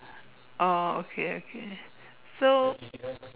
oh okay okay so